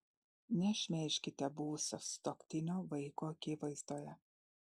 nešmeižkite buvusio sutuoktinio vaiko akivaizdoje